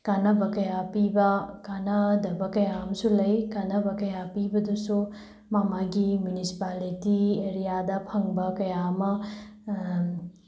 ꯀꯥꯟꯅꯕ ꯀꯌꯥ ꯄꯤꯕ ꯀꯥꯟꯅꯗꯕ ꯀꯌꯥ ꯑꯃꯁꯨ ꯂꯩ ꯀꯥꯟꯅꯕ ꯀꯌꯥ ꯄꯤꯕꯗꯨꯁꯨ ꯃꯥꯒꯤ ꯃꯥꯒꯤ ꯃꯤꯅꯤꯁꯤꯄꯥꯂꯤꯇꯤ ꯑꯦꯔꯤꯌꯥꯗ ꯐꯪꯕ ꯀꯌꯥ ꯑꯃ